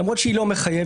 למרות שהיא לא מחייבת,